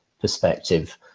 perspective